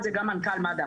ואמר את זה גם מנכ"ל מד"א,